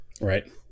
Right